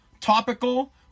topical